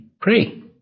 pray